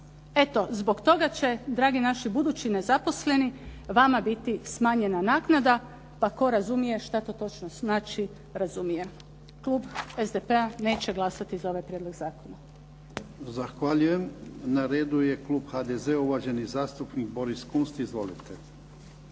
eto zbog toga će dragi naši budući nezaposleni vama biti smanjena naknada pa tko razumije šta to točno znači razumije. Klub SDP-a neće glasati za ovaj prijedlog zakona. **Jarnjak, Ivan (HDZ)** Zahvaljujem. Na redu je klub HDZ-a uvaženi zastupnik Boris Kunst. Izvolite.